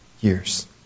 years